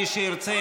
מי שירצה,